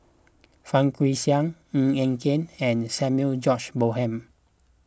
Fang Guixiang Ng Eng Kee and Samuel George Bonham